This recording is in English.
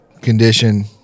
condition